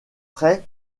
près